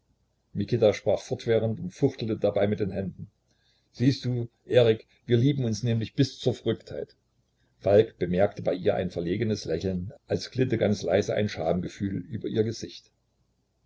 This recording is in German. mikita sprach fortwährend und fuchtelte dabei mit den händen siehst du erik wir lieben uns nämlich bis zur verrücktheit falk bemerkte bei ihr ein verlegenes lächeln als glitte ganz leise ein schamgefühl über ihr gesicht